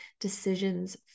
decisions